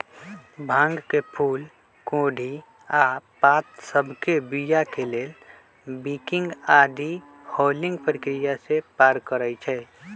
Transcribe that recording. भांग के फूल कोढ़ी आऽ पात सभके बीया के लेल बंकिंग आऽ डी हलिंग प्रक्रिया से पार करइ छै